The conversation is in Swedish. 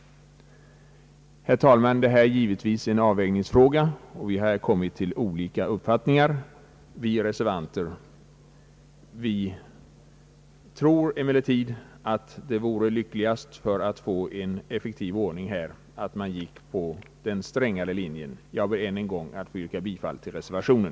Det hela är givetvis en avvägningsfråga, där vi har kommit till olika uppfattningar. Vi reservanter tror emellertid att det vore lyckligast för att få till stånd en effektiv ordning på detta område att man går på den strängare linjen. Jag ber än en gång, herr talman, att få yrka bifall till reservationen.